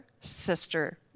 sister